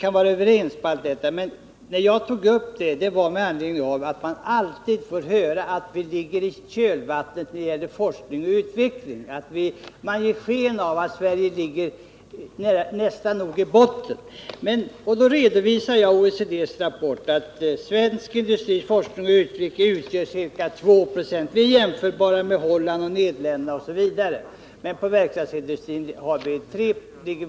Anledningen till att jag tog upp forskningsoch utvecklingsfrågorna var att man alltid får höra att vi ligger i kölvattnet efter andra nationer på dessa områden. Man ger sken av att Sverige därvidlag ligger nära nog i botten. Jag redovisade därför OECD:s rapport, av vilken framgår att svensk industris forskningsoch utvecklingskostnader uppgår till ca 2 26 av bruttonationalprodukten, vilket är jämförbart med vad som förekommer i Holland och i en del andra länder.